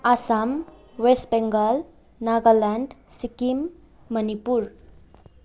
Assam West Bengal Nagaland Sikkim Manipur